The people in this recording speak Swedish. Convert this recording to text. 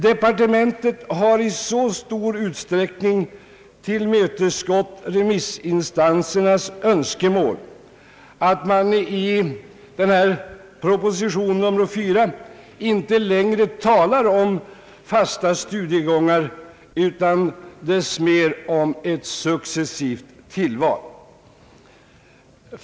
Departementet har i så stor utsträckning tillmötesgått remissinstansernas önskemål att man i proposition nr 4 inte längre talar om fasta studiegångar utan dess mer om ett successivt tillval.